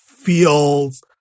feels